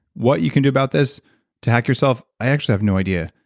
what you can do about this to hack yourself, i actually have no idea,